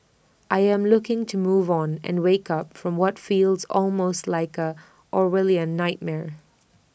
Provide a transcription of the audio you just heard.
I am looking to move on and wake up from what feels almost like A Orwellian nightmare